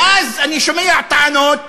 ואז אני שומע טענות: